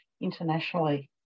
internationally